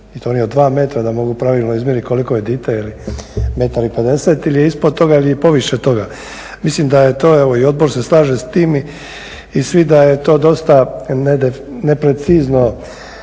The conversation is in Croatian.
i to oni od 2 metra da mogu pravilno izmjerit koliko je dite, je i metar i 50 ili je ispod toga ili je poviše toga. Mislim da je to evo i odbor se slaže s tim i svi da je to dosta neprecizno